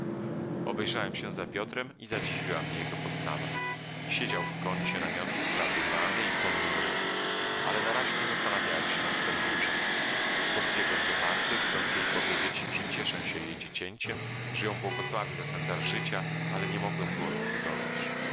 obejrzałem się za piotrem i zadziwiła mnie jego postawa siedział w kącie namiotu zadumany i ponury ale na razie nie zastanawiałem się nad tem dłużej podbiegłem do marty chcąc jej powiedzieć że cieszę się jej dziecięciem że ją błogosławię za ten dar życia ale nie mogłem głosu wydobyć